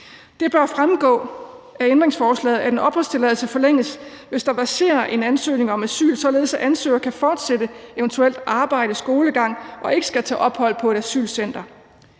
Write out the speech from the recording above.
Det bør fremgå af ændringsforslaget, at en opholdstilladelse forlænges, hvis der verserer en ansøgning om asyl, således at ansøgeren kan fortsætte eventuelt arbejde eller eventuelle skolegang og ikke skal tage ophold på et asylcenter.